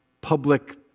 public